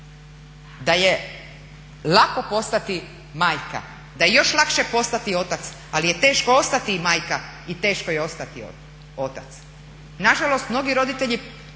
da je lako postati majka, da je još lakše postati otac, ali je teško ostati majka i teško je ostati otac. Nažalost mnogi roditelji